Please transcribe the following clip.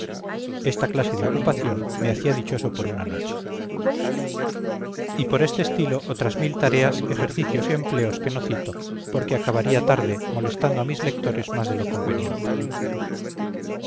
justicia o a tus reales plantas coronado apéndice del sol esta clase de ocupación me hacía dichoso por una noche y por este estilo otras mil tareas ejercicios y empleos que no cito porque acabaría tarde molestando a mis lectores más de lo conveniente